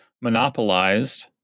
monopolized